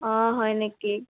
অঁ হয় নেকি